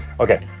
okay.